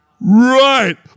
Right